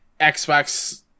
Xbox